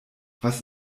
was